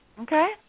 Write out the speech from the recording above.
Okay